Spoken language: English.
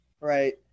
right